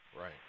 Right